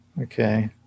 Okay